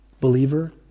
believer